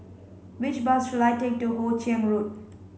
which bus should I take to Hoe Chiang Road